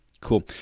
Cool